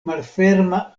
malferma